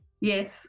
Yes